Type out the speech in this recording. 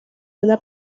una